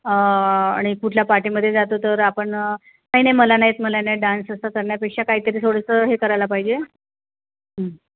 आणि कुठल्या पार्टीमध्ये जातो तर आपण काही नाही मला ना येत मला ना येत डान्स असं करण्यापेक्षा काहीतरी थोडंसं हे करायला पाहिजे